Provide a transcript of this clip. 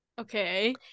Okay